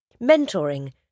Mentoring